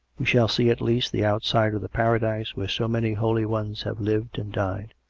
we shall see, at least, the outside of the paradise where so many holy ones have lived and died.